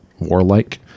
warlike